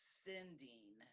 sending